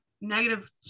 negative